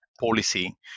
policy